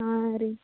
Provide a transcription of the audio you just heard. ಹಾಂ ರೀ